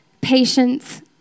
patience